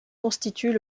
constituent